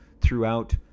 throughout